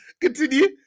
Continue